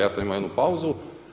Ja sam imao jednu pauzu.